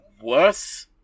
worse